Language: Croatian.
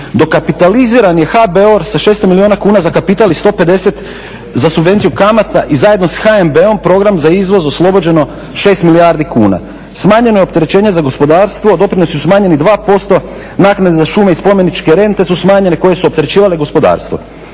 dokapitaliziran je HBOR sa 600 milijuna kuna za kapital i 150 za subvenciju kamata i zajedno sa HNB-om program za izvoz oslobođeno 6 milijardi kuna. Smanjeno je opterećenje za gospodarstvo, doprinosi su smanjeni 2%, naknade za šume i spomeničke rente su smanjene koje su opterećivale gospodarstvo.